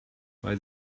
weil